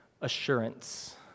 assurance